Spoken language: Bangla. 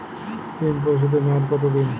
ঋণ পরিশোধের মেয়াদ কত দিন?